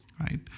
right